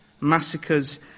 massacres